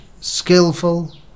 skillful